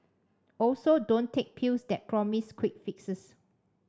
also don't take pills that promise quick fixes